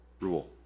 rule